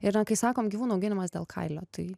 ir kai sakom gyvūnų auginimas dėl kailio tai